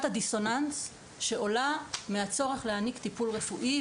הדיסוננס שעולה מהצורך להעניק טיפול רפואי,